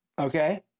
Okay